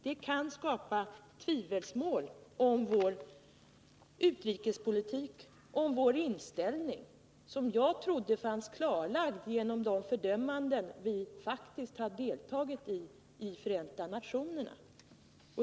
Det kan skapa tvivelsmål om vår utrikespolitik och om vår inställning, vilken jag trodde var klarlagd genom de fördömanden vi faktiskt har deltagit i inom Förenta nationerna.